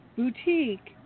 boutique